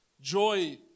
Joy